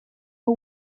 for